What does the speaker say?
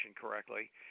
correctly